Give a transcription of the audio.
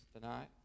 tonight